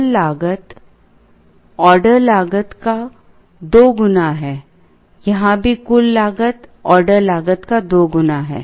कुल लागत ऑर्डर लागत का दो गुना है यहां भी कुल लागत ऑर्डर लागत का दो गुना है